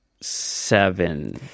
seven